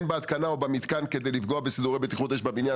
שאין בהתקנה או במתקן כדי לפגוע בסידורי בטיחות אש בבניין.